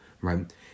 right